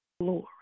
glory